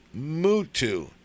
Mutu